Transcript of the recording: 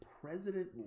president